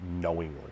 knowingly